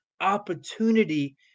opportunity